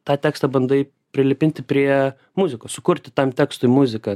tą tekstą bandai prilipinti prie muzikos sukurti tam tekstui muziką